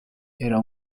era